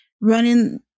running